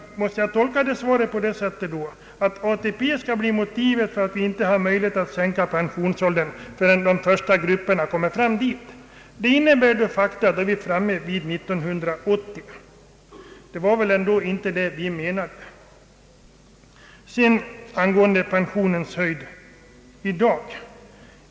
Måste jag tolka svaret på det sättet att ATP skall bli motivet för att vi nu inte har möjlighet att sänka pensionsåldern förrän de första grupperna i full utsträckning kommer i åtnjutande av ATP:s förmåner. Det innebär de facto att vi kommer fram till år 1980, innan detta kan ske, och detta var väl ändå inte något som vi menade. Jag vill säga några ord om storleken av pensionen i dag.